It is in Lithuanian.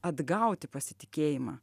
atgauti pasitikėjimą